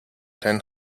ten